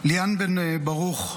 ליאן בן ברוך,